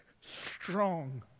Strong